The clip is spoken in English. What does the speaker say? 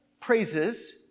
praises